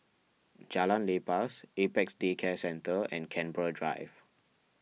Jalan Lepas Apex Day Care Centre and Canberra Drive